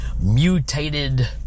mutated